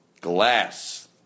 glass